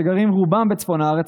שגרים רובם בצפון הארץ,